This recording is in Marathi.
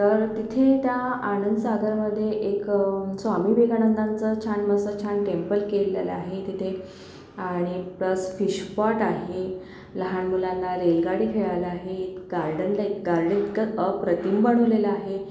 तर तिथे त्या आनंदसागरमध्ये एक स्वामी विवेकानंदांचं छान मस्त छान टेम्पल केलेलं आहे तिथे आणि प्लस फिशपॉट आहे लहान मुलांना रेलगाडी खेळायला आहे गार्डन लाईक गार्डन इतकं अप्रतिम बनवलेलं आहे